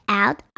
out